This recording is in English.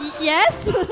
Yes